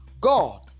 God